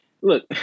look